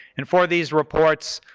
and for these reports,